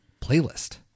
playlist